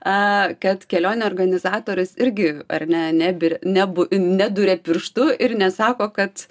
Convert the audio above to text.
a kad kelionių organizatorius irgi ar ne ne bir nebu nedūrė pirštu ir nesako kad